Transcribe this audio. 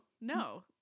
no